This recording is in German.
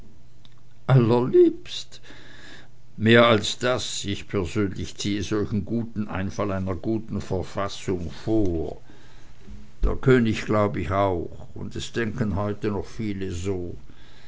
mehr als das ich persönlich ziehe solchen guten einfall einer guten verfassung vor der könig glaub ich tat es auch und es denken auch heute noch viele so